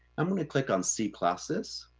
i'm going to click on see classes.